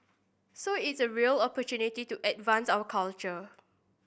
so it's a real opportunity to advance our culture